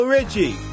Richie